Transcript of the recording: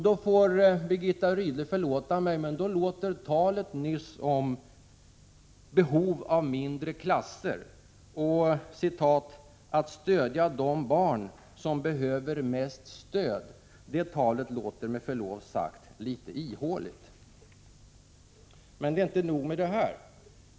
Då låter — Birgitta Rydle får förlåta mig — talet nyss om behov av mindre klasser och av att stödja de barn som behöver mest stöd med förlov sagt litet ihåligt. Det är inte nog med detta.